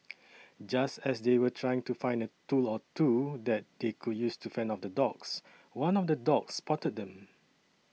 just as they were trying to find a tool or two that they could use to fend off the dogs one of the dogs spotted them